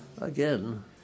Again